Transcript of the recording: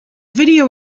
video